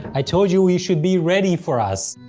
i told you, you should be ready for us!